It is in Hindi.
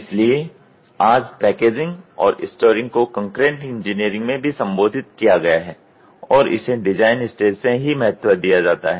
इसलिए आज पैकेजिंग और स्टोरिंग को कंकरेंट इंजीनियरिंग में भी संबोधित किया गया है और इसे डिजाइन स्टेज से ही महत्व दिया जाता है